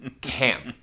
camp